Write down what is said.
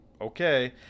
Okay